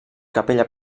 capella